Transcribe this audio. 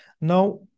now